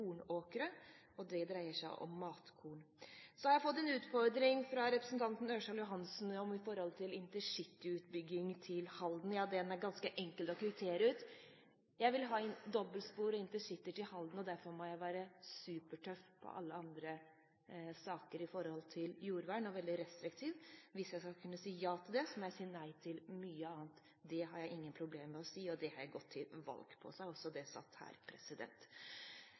og det dreier seg om matkorn. Jeg har fått en utfordring fra representanten Ørsal Johansen når det gjelder intercityutbygging til Halden. Den er ganske enkel å kvittere ut: Jeg vil ha dobbeltspor og InterCity til Halden, og derfor må jeg være supertøff og veldig restriktiv i alle andre saker som gjelder jordvern. Hvis jeg skal kunne si ja til det, må jeg si nei til mye annet. Det har jeg ingen problemer med å si, og det har jeg gått til valg på. Så er også det sagt her.